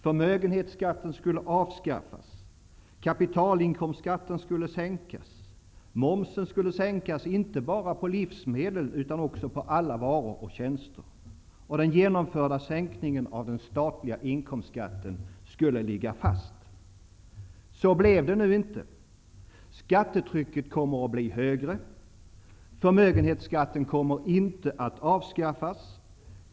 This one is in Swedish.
Förmögenhetsskatten skulle avskaffas, kapitalinkomstskatten skulle sänkas, momsen skulle sänkas inte bara på livsmedel utan på alla varor och tjänster, och den genomförda sänkningen av den statliga inkomstskatten skulle ligga fast. Så blev det nu inte. Skattetrycket kommer att bli högre. Förmögenhetsskatten kommer inte att avskaffas.